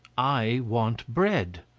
i want bread.